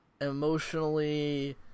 emotionally